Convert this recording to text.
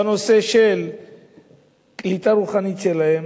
בנושא של קליטה רוחנית שלהם,